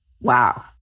Wow